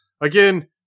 Again